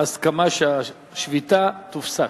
אני מבין שההסכמה היא שהשביתה תופסק.